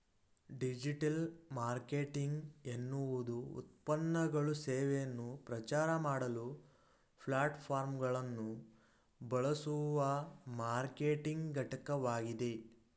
digital marketing ಎನ್ನುವುದುಉತ್ಪನ್ನಗಳು ಸೇವೆಯನ್ನು ಪ್ರಚಾರಮಾಡಲು ಪ್ಲಾಟ್ಫಾರ್ಮ್ಗಳನ್ನುಬಳಸುವಮಾರ್ಕೆಟಿಂಗ್ಘಟಕವಾಗಿದೆ